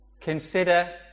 Consider